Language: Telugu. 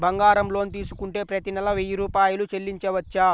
బంగారం లోన్ తీసుకుంటే ప్రతి నెల వెయ్యి రూపాయలు చెల్లించవచ్చా?